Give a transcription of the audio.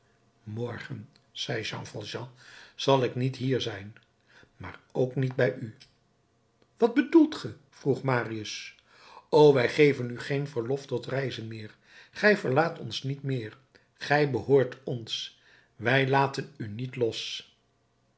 zei jean valjean zal ik niet hier zijn maar ook niet bij u wat bedoelt ge vroeg marius o wij geven u geen verlof tot reizen meer gij verlaat ons niet meer gij behoort ons wij laten u niet los